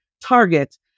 Target